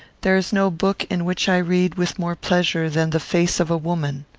there is no book in which i read with more pleasure than the face of woman.